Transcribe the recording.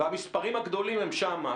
ומספרים הגדולים הם שם.